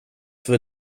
for